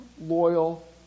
loyal